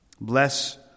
Bless